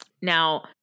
Now